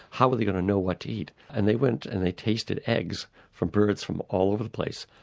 how are they going to know what to eat? and they went and they tasted eggs from birds from all over the place,